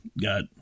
got